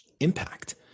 impact